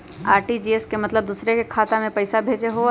RTGS के मतलब दूसरे के खाता में पईसा भेजे होअ हई?